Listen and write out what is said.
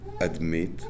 admit